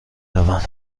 روم